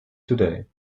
today